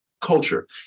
culture